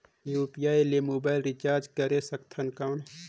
UPI ले mobile recharge करे सकथन कौन?